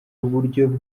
uburyo